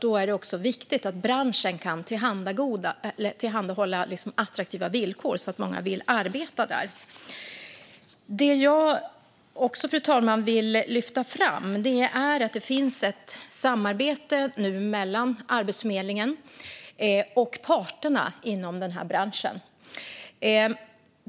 Då är det också viktigt att branschen kan tillhandahålla attraktiva villkor så att många vill arbeta där. Fru talman! Jag vill också lyfta fram att det nu finns ett samarbete mellan Arbetsförmedlingen och parterna inom den här branschen.